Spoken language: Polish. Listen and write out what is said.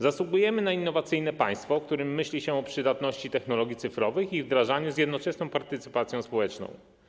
Zasługujemy na innowacyjne państwo, w którym myśli się o przydatności technologii cyfrowych i ich wdrażaniu z jednoczesną partycypacją społeczną.